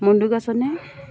মধুকাসনে